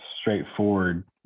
straightforward